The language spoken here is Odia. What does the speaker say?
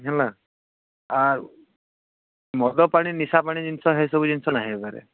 ହେଲା ଆଉ ମଦ ପାଣି ନିଶା ପାଣି ଜିନିଷ ସେ ସବୁ ଜିନିଷ ନାହିଁ ହେବାରେ